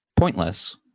pointless